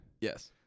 Yes